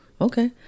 okay